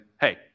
hey